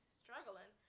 struggling